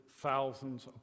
thousands